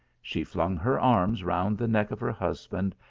she flung her arms round the neck of her husband,